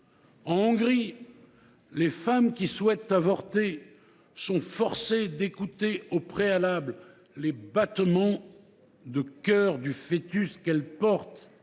En Hongrie, les femmes qui souhaitent avorter sont forcées d’écouter au préalable les battements de cœur du fœtus qu’elles portent.